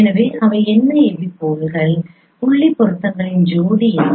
எனவே அவை என்ன எபிபோல்கள் புள்ளி பொருத்தங்களின் ஜோடி என்ன